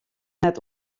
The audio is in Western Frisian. net